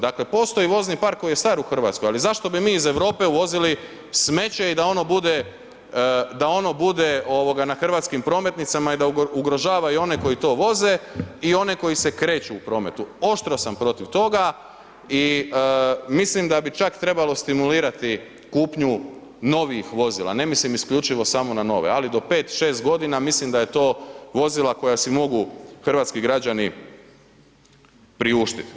Dakle postoji vozni park koji je star u Hrvatskoj ali zašto bi mi iz Europe uvozili smeće i da ono bude, da ono bude na hrvatskim prometnicama i da ugrožava i one koji to voze i oni koji se kreću u prometu, oštro sam protiv toga i mislim da bi čak trebalo stimulirati kupnju novih vozila, ne mislim isključivo samo na nove, ali do 5, 6 godina mislim da je to vozila koja si mogu hrvatski građani priuštiti.